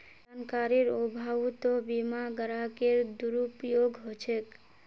जानकारीर अभाउतो बीमा ग्राहकेर दुरुपयोग ह छेक